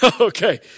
Okay